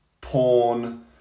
porn